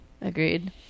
Agreed